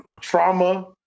trauma